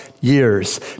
years